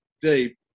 deep